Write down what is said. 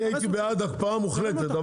אני הייתי בעד הקפאה מוחלטת,